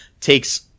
takes